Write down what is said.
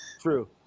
True